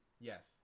Yes